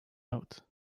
note